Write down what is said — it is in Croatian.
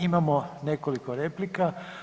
Imamo nekoliko replika.